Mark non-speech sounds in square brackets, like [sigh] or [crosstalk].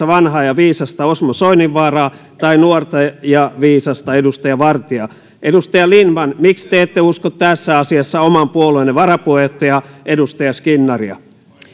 [unintelligible] vanhaa ja viisasta osmo soininvaaraa tai nuorta ja viisasta edustaja vartiaa edustaja lindtman miksi te ette usko tässä asiassa oman puolueenne varapuheenjohtajaa edustaja skinnaria